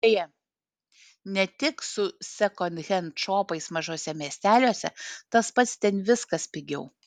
beje ne tik su sekondhend šopais mažuose miesteliuose tas pats ten viskas pigiau